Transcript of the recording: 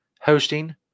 hosting